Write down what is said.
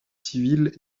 civile